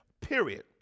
Period